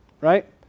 right